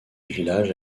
village